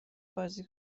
بازی